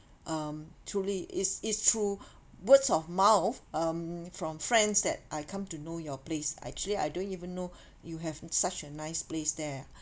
um truly is is through words of mouth um from friends that I come to know your place actually I don't even know you have such a nice place there